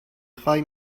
خوای